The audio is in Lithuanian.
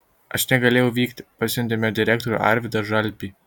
aš negalėjau vykti pasiuntėme direktorių arvydą žalpį